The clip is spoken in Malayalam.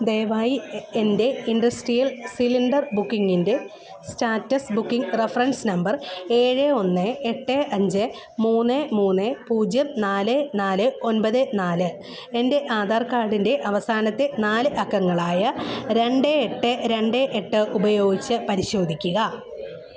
ദയവായി എൻ്റെ ഇൻഡസ്ട്രിയൽ സിലിണ്ടർ ബുക്കിംഗിൻ്റെ സ്റ്റാറ്റസ് ബുക്കിംഗ് റഫറൻസ് നമ്പർ ഏഴ് ഒന്ന് എട്ട് അഞ്ച് മൂന്ന് മൂന്ന് പൂജ്യം നാല് നാല് ഒൻപത് നാല് എൻ്റെ ആധാർ കാർഡിൻ്റെ അവസാനത്തെ നാല് അക്കങ്ങളായ രണ്ട് എട്ട് രണ്ട് എട്ട് ഉപയോഗിച്ച് പരിശോധിക്കുക